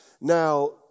Now